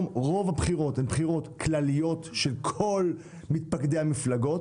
רוב הבחירות היום הן בחירות כלליות של כל מתפקדי המפלגות.